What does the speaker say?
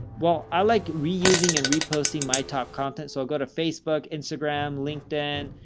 well, i like reusing and reposting my top content. so i'll go to facebook, instagram, linkedin,